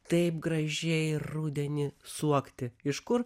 taip gražiai rudenį suokti iš kur